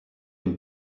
une